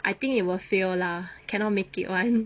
I think it will fail lah cannot make it [one]